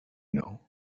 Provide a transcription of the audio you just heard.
know